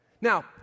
Now